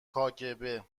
کاگب